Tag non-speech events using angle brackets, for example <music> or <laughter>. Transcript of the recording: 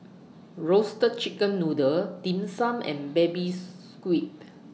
Roasted Chicken Noodle Dim Sum and Baby <unintelligible> Squid